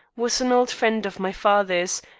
was an old friend of my father's,